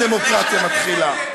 בדל"ת הדמוקרטיה מתחילה.